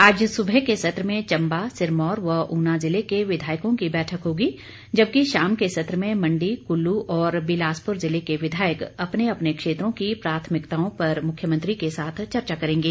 आज सुबह के सत्र में चंबा सिरमौर व ऊना जिले के विधायकों की बैठक होगी जबकि शाम के सत्र में मंडी कुल्लू और बिलासपुर जिले के विधायक अपने अपने क्षेत्रों की प्राथमिकताओं पर मुख्यमंत्री के साथ चर्चा करेंगे